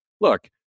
look